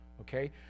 Okay